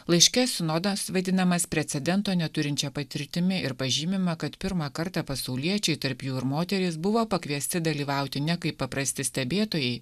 laiške sinodas vadinamas precedento neturinčia patirtimi ir pažymima kad pirmą kartą pasauliečiai tarp jų ir moterys buvo pakviesti dalyvauti ne kaip paprasti stebėtojai